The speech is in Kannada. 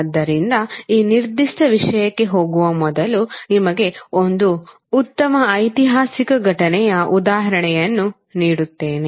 ಆದ್ದರಿಂದ ಈ ನಿರ್ದಿಷ್ಟ ವಿಷಯಕ್ಕೆ ಹೋಗುವ ಮೊದಲು ನಿಮಗೆ ಒಂದು ಉತ್ತಮ ಐತಿಹಾಸಿಕ ಘಟನೆಯ ಉದಾಹರಣೆಯನ್ನು ನೀಡುತ್ತೇನೆ